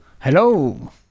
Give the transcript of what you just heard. Hello